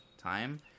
time